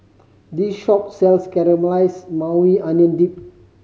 this shop sells Caramelized Maui Onion Dip